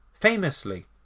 Famously